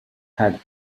had